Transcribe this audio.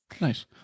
Nice